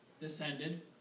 descended